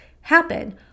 happen